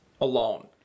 alone